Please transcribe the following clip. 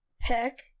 pick